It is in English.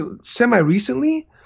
semi-recently